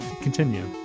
Continue